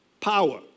power